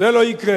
זה לא יקרה.